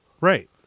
right